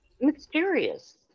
mysterious